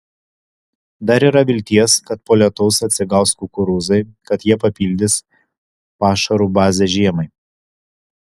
dar yra vilties kad po lietaus atsigaus kukurūzai kad jie papildys pašarų bazę žiemai